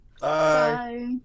Bye